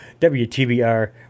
WTBR